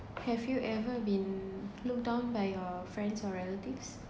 have you ever been look down by your friends or relatives